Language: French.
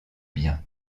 bien